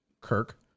Kirk